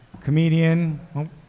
comedian